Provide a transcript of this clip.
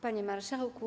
Panie Marszałku!